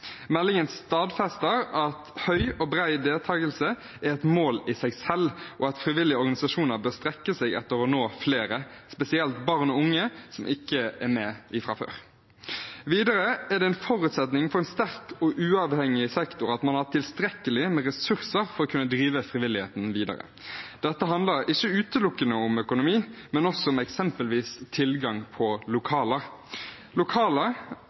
Meldingen stadfester at høy og bred deltakelse er et mål i seg selv, og at frivillige organisasjoner bør strekke seg etter å nå flere, spesielt barn og unge som ikke er med fra før. Videre er det en forutsetning for en sterk og uavhengig sektor at man har tilstrekkelig med ressurser for å kunne drive frivilligheten videre. Dette handler ikke utelukkende om økonomi, men også om eksempelvis tilgang på